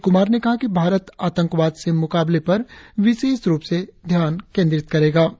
श्री कुमार ने कहा कि भारत आतंकवाद से मुकाबले रुप से ध्यान केंद्रित करेगा